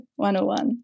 101